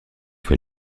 fait